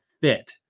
fit